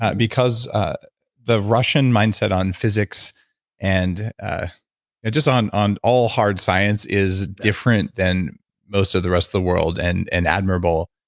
ah because ah the russian mindset on physics and ah just on on all hard science is different than most of the rest of the world and and admirable.